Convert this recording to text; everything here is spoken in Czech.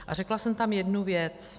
A řekla jsem tam jednu věc.